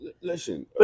Listen